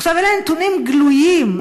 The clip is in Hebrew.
אלה נתונים גלויים.